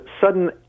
sudden